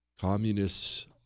Communists